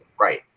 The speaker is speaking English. Right